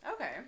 Okay